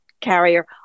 carrier